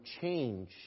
change